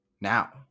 now